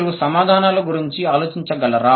మీరు సమాధానాల గురించి ఆలోచించగలరా